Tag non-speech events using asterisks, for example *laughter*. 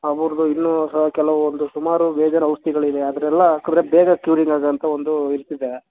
*unintelligible* ಇನ್ನೂ ಸ ಕೆಲವೊಂದು ಸುಮಾರು ಬೇರ್ಬೇರೆ ಔಷಧಿಗಳಿವೆ ಅದೆಲ್ಲ ಹಾಕದ್ರೆ ಬೇಗ ಕ್ಯೂರಿಂಗ್ ಆಗುವಂಥ ಒಂದು *unintelligible* ಇದೆ